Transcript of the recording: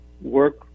work